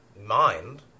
mind